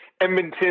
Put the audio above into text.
Edmonton –